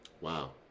Wow